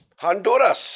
Honduras